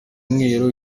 mweru